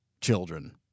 children